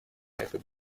это